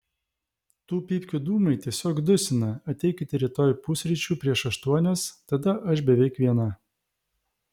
tų pypkių dūmai tiesiog dusina ateikite rytoj pusryčių prieš aštuonias tada aš beveik viena